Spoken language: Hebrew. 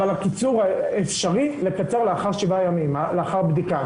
אבל אפשר לקצר לאחר שבעה ימים לאחר בדיקה,